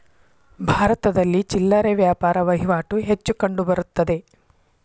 ಭಾರತದಲ್ಲಿ ಚಿಲ್ಲರೆ ವ್ಯಾಪಾರ ವಹಿವಾಟು ಹೆಚ್ಚು ಕಂಡುಬರುತ್ತದೆ